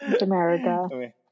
America